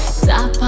stop